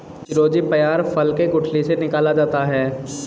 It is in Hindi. चिरौंजी पयार फल के गुठली से निकाला जाता है